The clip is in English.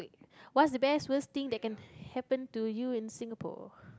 what's the best worst thing that can happen to you in Singapore